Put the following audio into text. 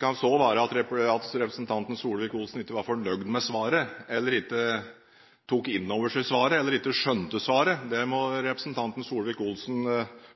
kan så være at representanten Solvik-Olsen ikke var fornøyd med svaret, ikke tok innover seg svaret eller ikke skjønte svaret – det må representanten Solvik-Olsen